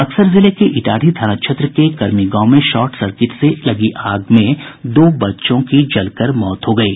बक्सर जिले के इटाढ़ी थाना क्षेत्र के करमी गांव में शॉर्ट सर्किट से लगी आग में दो बच्चों की जलकर मौत हो गयी